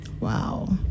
wow